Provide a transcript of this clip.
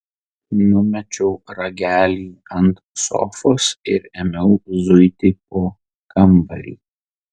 numečiau ragelį ant sofos ir ėmiau zuiti po kambarį